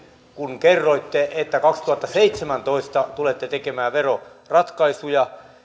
kun kerroitte että kaksituhattaseitsemäntoista tulette tekemään veroratkaisuja